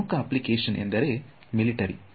EM ನಾ ಪ್ರಮುಖ application ಎಂದರೆ ಮಿಲಿಟರಿ